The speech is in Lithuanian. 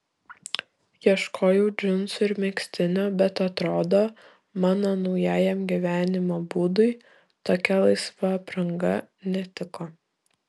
ieškojau džinsų ir megztinio bet atrodo mano naujajam gyvenimo būdui tokia laisva apranga netiko